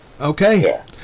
Okay